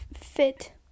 fit